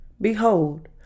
Behold